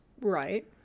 Right